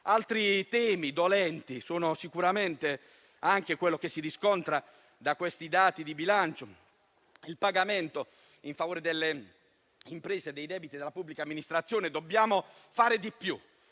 Altro tema dolente, che sicuramente si riscontra dai dati di bilancio, è il pagamento in favore delle imprese dei debiti della pubblica amministrazione. Dobbiamo fare di più.